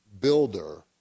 builder